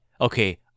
okay